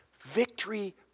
victory